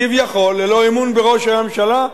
כביכול ללא אמון בראש הממשלה,